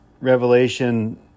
Revelation